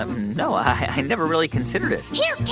um no, i never really considered it here,